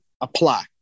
apply